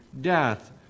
death